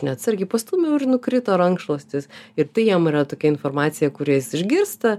neatsargiai pastūmiau ir nukrito rankšluostis ir tai jam yra tokia informacija kurią jis išgirsta